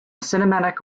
cinematic